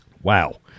Wow